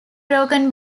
broken